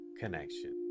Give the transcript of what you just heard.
connection